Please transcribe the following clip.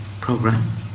program